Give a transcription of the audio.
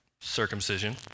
circumcision